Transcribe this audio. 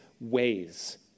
ways